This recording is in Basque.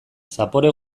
zapore